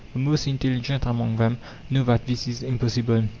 the most intelligent among them know that this is impossible.